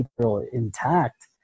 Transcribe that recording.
intact